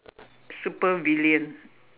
supervillain